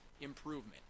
improvement